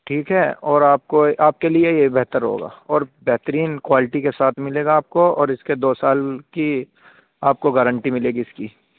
ٹھیک ہے اور آپ کو آپ کے لیے یہی بہتر ہوگا اور بہترین کوالٹی کے ساتھ ملے گا آپ کو اور اس کے دو سال کی آپ کو گارنٹی ملے گی اس کی